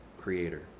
creator